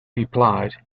replied